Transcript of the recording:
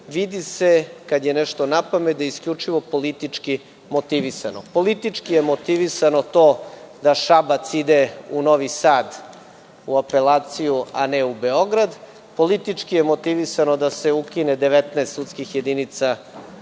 vidi se kada je nešto napamet da je isključivo politički motivisano. Politički je motivisano to da Šabac ide u Novi Sad u apelaciju, a ne u Beograd. Politički je motivisano da se ukine 19 sudskih jedinica